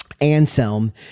Anselm